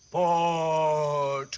oh,